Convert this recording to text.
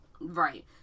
Right